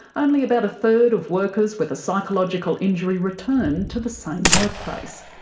only about a third of workers with a psychological injury return to the same workplace.